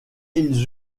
ils